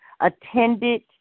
attended